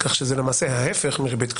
כך שזה למעשה ההפך מריבית קצוצה.